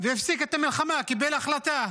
והפסיק את המלחמה, קיבל החלטה